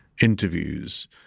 interviews